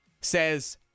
says